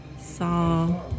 saw